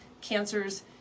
cancers